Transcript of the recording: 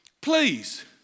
please